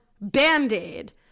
Band-Aid